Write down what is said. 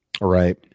Right